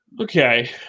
Okay